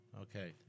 Okay